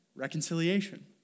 reconciliation